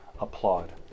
applaud